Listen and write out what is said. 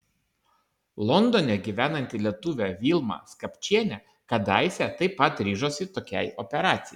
londone gyvenanti lietuvė vilma skapčienė kadaise taip pat ryžosi tokiai operacijai